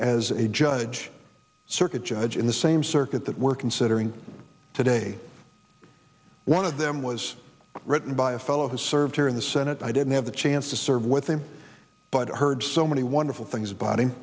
as a judge circuit judge in the same circuit that we're considering today one of them was written by a fellow who served here in the senate i didn't have a chance to serve with him but i heard so many wonderful things about him